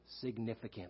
significant